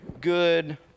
good